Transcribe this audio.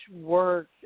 work